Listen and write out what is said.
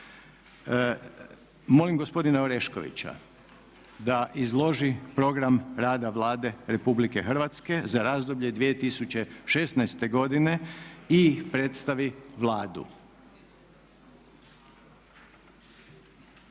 Molim gospodina Oreškovića da izloži program rada Vlade Republike Hrvatske za razdoblje 2016. godine i predstavi Vladu.